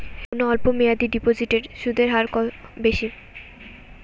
কোন অল্প মেয়াদি ডিপোজিটের সুদের হার বেশি?